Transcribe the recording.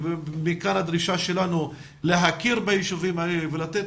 בעיקר הדרישה שלנו להכיר ביישובים האלה ולתת